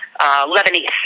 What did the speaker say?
Lebanese